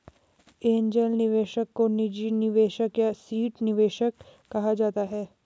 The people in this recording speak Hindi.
एंजेल निवेशक को निजी निवेशक या सीड निवेशक कहा जाता है